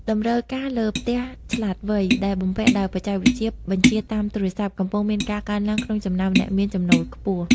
តម្រូវការលើ "ផ្ទះឆ្លាតវៃ" ដែលបំពាក់ដោយបច្ចេកវិទ្យាបញ្ជាតាមទូរស័ព្ទ កំពុងមានការកើនឡើងក្នុងចំណោមអ្នកមានចំណូលខ្ពស់។